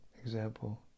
example